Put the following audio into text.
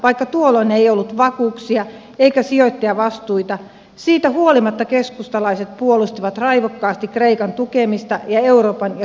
vaikka tuolloin ei ollut vakuuksia eikä sijoittajavastuita siitä huolimatta keskustalaiset puolustivat raivokkaasti kreikan tukemista ja euroopan ja suomalaisten etua